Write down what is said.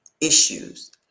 issues